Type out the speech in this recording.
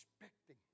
expecting